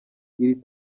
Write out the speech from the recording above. iri